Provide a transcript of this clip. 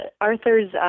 Arthur's